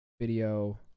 Video